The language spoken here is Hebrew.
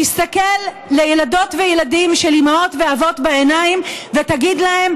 תסתכל לילדות ולילדים של אימהות ואבות בעיניים ותגיד להם: